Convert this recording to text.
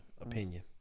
opinion